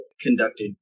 conducted